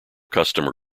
customer